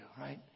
right